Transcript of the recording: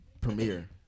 premiere